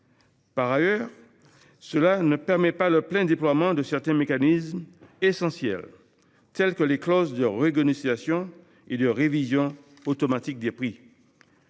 Par ailleurs, ce processus ne permet pas le plein déploiement de mécanismes essentiels, tels que les clauses de renégociation et de révision automatique des prix.